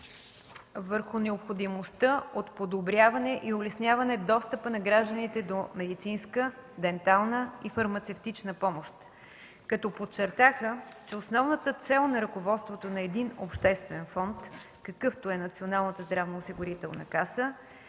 върху необходимостта от подобряване и улесняване достъпа на гражданите до медицинска, дентална и фармацевтична помощ, като подчертаха, че основната цел на ръководството на един обществен фонд, какъвто е Националната здравноосигурителна каса,